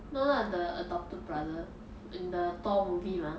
no lah the adopted brother in the thor movie mah